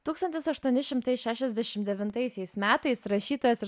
tūkstantis aštuoni šimtai šešiasdešim devintaisiais metais rašytojas ir